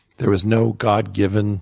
there was no god-given